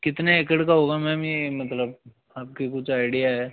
कितने एकड़ का होगा मैम ये मतलब आपके कुछ आइडिया है